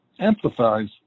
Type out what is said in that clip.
empathize